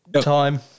time